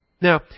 Now